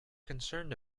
concerned